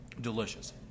Delicious